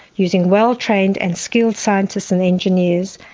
using well trained and skilled scientists and engineers,